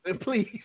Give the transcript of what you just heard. Please